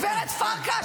גב' פרקש,